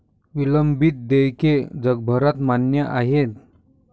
विलंबित देयके जगभरात मान्य आहेत